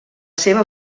seva